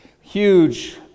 huge